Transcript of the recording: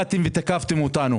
תקפתם אותנו.